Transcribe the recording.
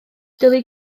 dylid